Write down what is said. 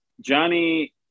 Johnny